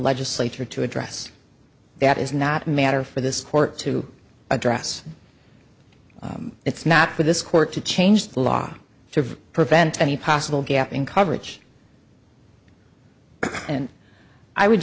legislature to address that is not a matter for this court to address it's not for this court to change the law to prevent any possible gap in coverage and i would